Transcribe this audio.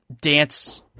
dance